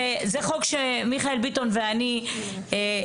וזה חוק שמיכאל ביטון ואני הגשנו,